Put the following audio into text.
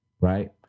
right